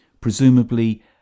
Presumably